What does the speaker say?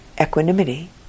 equanimity